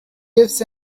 gifts